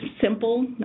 simple